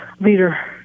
leader